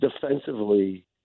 defensively